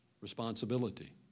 responsibility